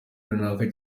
runaka